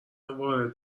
وارد